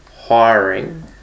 hiring